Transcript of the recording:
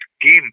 game